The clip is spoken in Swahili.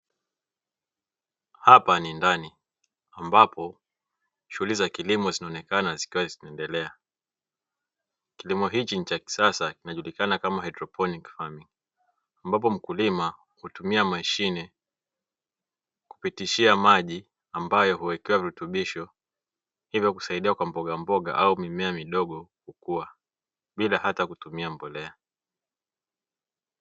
Hapa ni ndani, ambapo shughuli za kilimo zinaonekana zikiwa zinaendelea, kilimo hiki ni cha kisasa kinachojulikana kama "hydroponicfamingi", ambapo mkulima hutumia mashine kupitishia maji ambayo huwekewa virutubisho hivyo husaidia kwa mbogamboga au mimea midogo kukua bila hata kutumia mbolea.